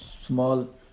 small